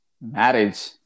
marriage